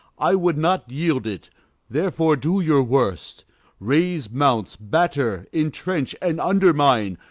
i would not yield it therefore do your worst raise mounts, batter, intrench, and undermine,